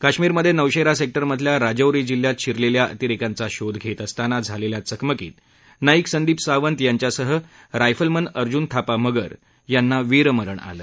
कश्मीरमध्ये नौशेरा सेक्टरमधल्या राजौरी जिल्ह्यात शिरलेल्या अतिरेक्यांचा शोध घेत असताना झालेल्या चकमकीत नाईक संदीप सावंत यांच्यासह रायफलमन अर्जुन थापा मगर यांना वीरमरण आलं